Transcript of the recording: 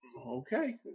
okay